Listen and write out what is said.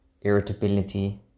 irritability